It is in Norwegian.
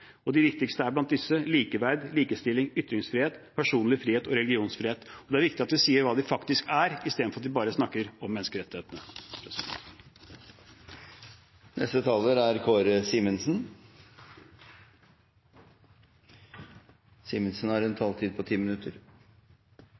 De viktigste er likeverd, likestilling, ytringsfrihet, personlig frihet og religionsfrihet. Det er viktig at vi sier hva de faktisk er, istedenfor at vi bare snakker om «menneskerettighetene». Jeg vil stille meg i rekken og takke utenriksministeren for en